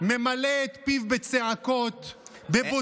ממלא את פיו בצעקות בבוטות.